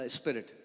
spirit